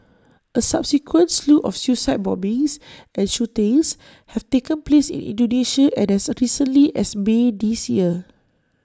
A subsequent slew of suicide bombings and shootings have taken place in Indonesia and as recently as may this year